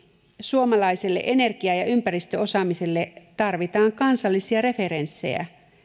suomalaiselle energia ja ympäristöosaamiselle tarvitaan kansallisia referenssejä